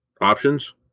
options